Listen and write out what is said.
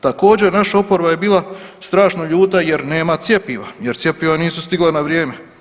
Također naša oporba je bila strašno ljuta jer nema cjepiva, jer cjepiva nisu stigla na vrijeme.